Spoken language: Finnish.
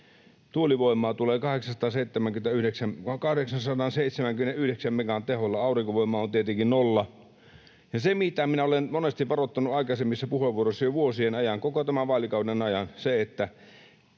tuulivoimaa tulee 879 megan teholla, aurinkovoima on tietenkin nolla. Ja siitä minä olen monesti varoittanut aikaisemmissa puheenvuoroissa jo vuosien ajan, koko tämän vaalikauden ajan, että